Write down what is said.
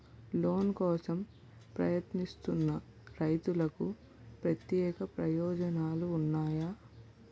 Loan కోసం ప్రయత్నిస్తున్న రైతులకు ప్రత్యేక ప్రయోజనాలు ఉన్నాయా?